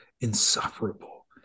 insufferable